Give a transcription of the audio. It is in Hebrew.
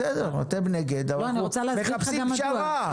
בסדר, אתם נגד, אנחנו מחפשים פשרה.